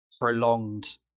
prolonged